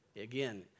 Again